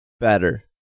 better